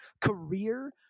Career